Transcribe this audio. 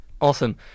Awesome